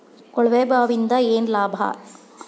ಕೊಳವೆ ಬಾವಿಯಿಂದ ಏನ್ ಲಾಭಾ?